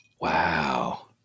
Wow